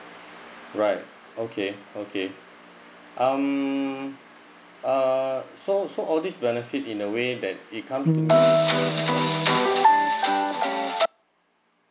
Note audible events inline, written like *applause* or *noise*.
right okay okay um uh so so all this benefit in a way that it come *noise*